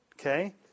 okay